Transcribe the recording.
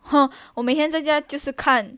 哈我每天在家就是看